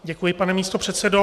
Děkuji, pane místopředsedo.